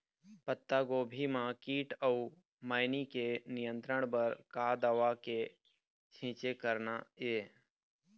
पत्तागोभी म कीट अऊ मैनी के नियंत्रण बर का दवा के छींचे करना ये?